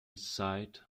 sight